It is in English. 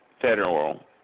federal